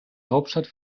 hauptstadt